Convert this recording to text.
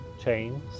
chains